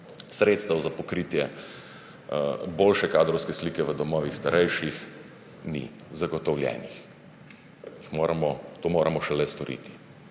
sredstev za pokritje boljše kadrovske slike v domovih starejših ni zagotovljenih. To moramo šele storiti.